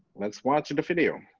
let's watch the video.